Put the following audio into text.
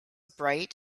bright